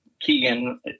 Keegan